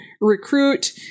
recruit